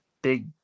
Big